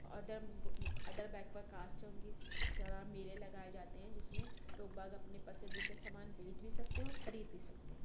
other ادر backward caste ہے ان کی اسی طرح میلے لگائے جاتے ہیں جس میں لوگ اپنے پسندیدہ سامان بیچ بھی سکتے ہیں اور خرید بھی سکتے ہیں